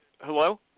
Hello